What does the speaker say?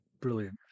brilliant